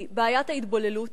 היא בעיית ההתבוללות.